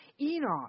Enoch